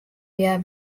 via